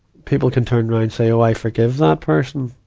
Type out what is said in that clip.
people can turn around and say, oh i forgive that person.